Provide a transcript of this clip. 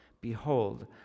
Behold